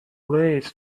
late